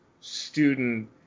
student